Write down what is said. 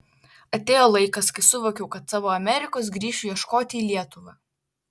atėjo laikas kai suvokiau kad savo amerikos grįšiu ieškoti į lietuvą